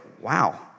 wow